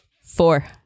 Four